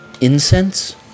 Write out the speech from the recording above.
incense